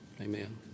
Amen